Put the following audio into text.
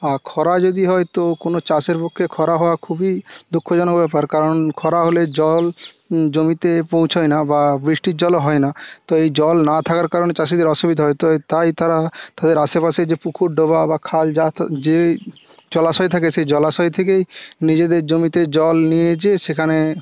খরা যদি হয়তো কোনো চাষের পক্ষে খরা হওয়া খুবই দুঃখজনক ব্যাপার কারণ খরা হলে জল জমিতে পৌঁছোয় না বা বৃষ্টির জলও হয় না তো এই জল না থাকার কারণে চাষিদের অসুবিধা হয় তো তাই তারা তাদের আশেপাশে যে পুকুর ডোবা বা খাল যা যে জলাশয় থাকে সেই জলাশয় থেকেই নিজেদের জমিতে জল নিয়ে যেয়ে সেখানে